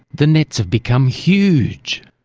the nets have become huge.